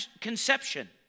conception